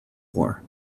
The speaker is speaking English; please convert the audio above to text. war